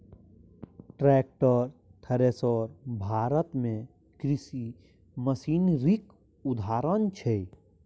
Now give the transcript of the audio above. tractor, thresher Bharat मे कृषि मशीनरीक उदाहरण छै